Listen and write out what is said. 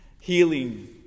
healing